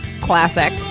Classic